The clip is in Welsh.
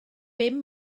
bum